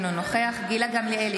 אינו נוכח גילה גמליאל,